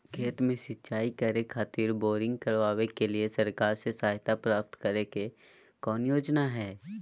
खेत में सिंचाई करे खातिर बोरिंग करावे के लिए सरकार से सहायता प्राप्त करें के कौन योजना हय?